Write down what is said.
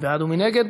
מי בעד ומי נגד?